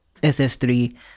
SS3